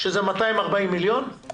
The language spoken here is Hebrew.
שזה 350 מיליון על